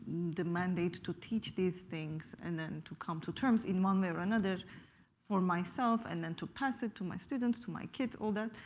the mandate to teach these things and then to come to terms in one way or another for myself and then to pass it to my students, to my kids, all that,